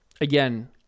again